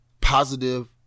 positive